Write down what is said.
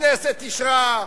הכנסת אישרה,